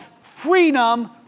freedom